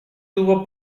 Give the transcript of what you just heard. tuvo